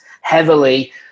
heavily